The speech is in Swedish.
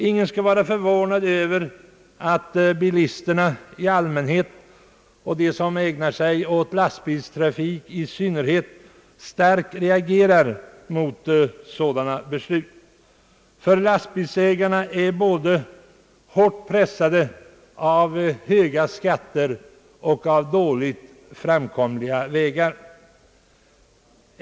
Ingen skall vara förvånad över att bilisterna i allmänhet, och de som ägnar sig åt lastbilstrafik i synnerhet, starkt reagerar mot sådana beslut, ty lastbilsägarna är hårt pressade av både höga skatter och dåligt framkomliga vägar.